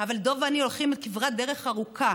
אבל דב ואני הולכים כברת דרך ארוכה.